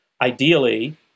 ideally